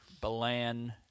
Balan